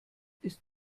ist